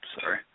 Sorry